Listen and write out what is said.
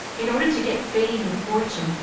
in order to get fame and fortune,